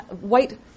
white